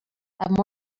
have